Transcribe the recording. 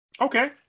Okay